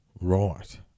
right